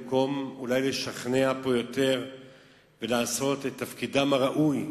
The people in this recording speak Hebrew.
במקום אולי לשכנע פה יותר ולעשות את תפקידם הראוי,